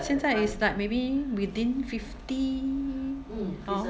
现在 is like maybe within fifty hor